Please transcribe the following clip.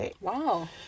Wow